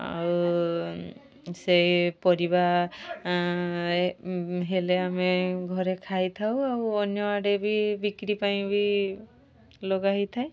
ଆଉ ସେ ପରିବା ହେଲେ ଆମେ ଘରେ ଖାଇଥାଉ ଆଉ ଅନ୍ୟ ଆଡ଼େ ବି ବିକ୍ରି ପାଇଁ ବି ଲଗାହୋଥାଏ